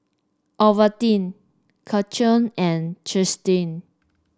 Ovaltine Karcher and Chesdale